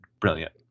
brilliant